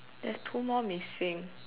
there's two more missing